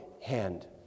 hand